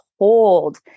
Hold